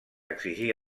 exigir